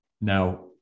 Now